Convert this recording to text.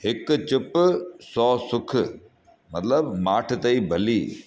हिकु चुप सौ सुख मतिलबु माठि ते ई भली